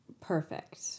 perfect